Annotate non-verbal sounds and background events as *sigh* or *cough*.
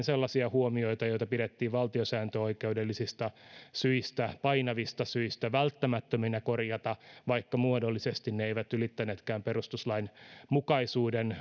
*unintelligible* sellaisia huomioita joita pidettiin valtiosääntöoikeudellisista syistä painavista syistä välttämättöminä korjata vaikka muodollisesti ne eivät ylittäneetkään perustuslainmukaisuuden *unintelligible*